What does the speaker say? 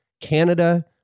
Canada